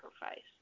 sacrifice